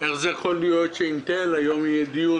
איך זה יכול להיות שאינטל, היום יהיה דיון